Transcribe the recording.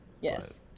Yes